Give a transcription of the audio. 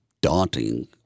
daunting